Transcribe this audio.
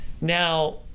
Now